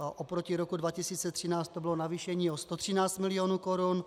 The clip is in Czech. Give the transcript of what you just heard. Oproti roku 2013 to bylo navýšení o 113 milionů korun.